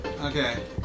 Okay